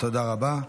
תודה רבה.